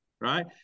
right